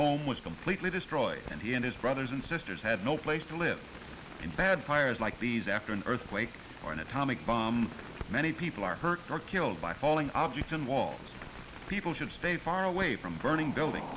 was completely destroyed and he and his brothers and sisters had no place to live in bad fires like these after an earthquake or an atomic bomb many people are hurt or killed by falling objects in walls people should stay far away from the burning building